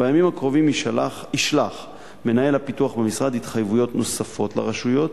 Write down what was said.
בימים הקרובים ישלח מינהל הפיתוח במשרד התחייבויות נוספות לרשויות